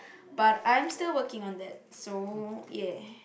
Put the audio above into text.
but I am still working on that so ya